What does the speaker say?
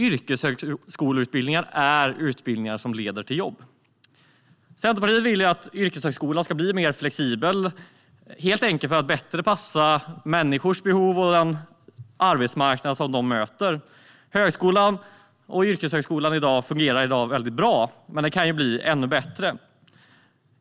Yrkeshögskoleutbildningar är utbildningar som leder till jobb. Centerpartiet vill att yrkeshögskolan ska bli mer flexibel, helt enkelt för att den bättre ska passa människors behov och den arbetsmarknad de möter. Yrkeshögskolan fungerar i dag väldigt bra, men den kan bli ännu bättre.